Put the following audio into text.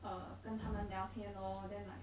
uh 跟他们聊天 lor then like